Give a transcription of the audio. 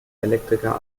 elektriker